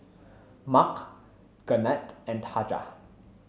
Mark Garnet and Taja